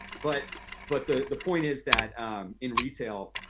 but but the the point is that in retail,